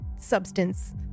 substance